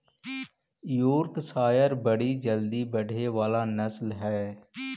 Yorkshire बड़ी जल्दी बढ़े वाला नस्ल हई